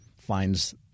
finds